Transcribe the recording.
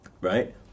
Right